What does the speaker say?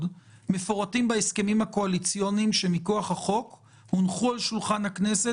מפורטים בהסכמים הקואליציוניים שהונחו על שולחן הכנסת